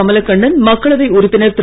கமலக்கண்ணன் மக்களவை உறுப்பினர் திரு